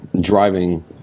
driving